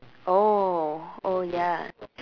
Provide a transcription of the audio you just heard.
oh oh ya